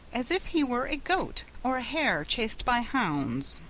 as if he were a goat or a hare chased by hounds.